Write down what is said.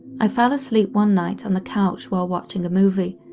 i fell asleep one night on the couch while watching a movie,